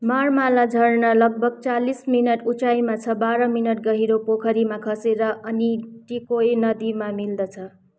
मार्माला झर्ना लगभग चालिस मिनट उचाइमा छ बाह्र मिनट गहिरो पोखरीमा खसेर अनि टिकोय नदीमा मिल्दछ